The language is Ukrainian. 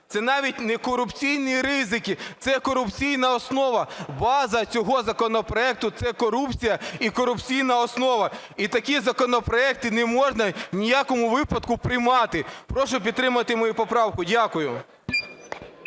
Це навіть не корупційні ризики, це корупційна основа. База цього законопроекту – це корупція і корупційна основа. І такі законопроекти не можна ні в якому випадку приймати. Прошу підтримати мою поправку. Дякую.